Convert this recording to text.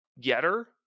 Getter